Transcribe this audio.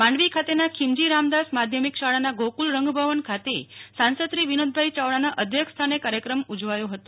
માંડવી ખાતેના ખીમજી રામદાસ માધ્યમિક શાળાના ગોકુલ રંગભવન ખાતે સાંસદશ્રી વિનોદભાઇ યાવડાના અધ્યક્ષસ્થાને કાર્યક્રમ ઉજવાયો હતો